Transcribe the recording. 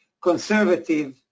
conservative